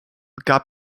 gab